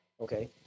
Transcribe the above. Okay